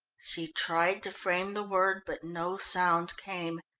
she tried to frame the word, but no sound came,